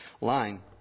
line